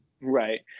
Right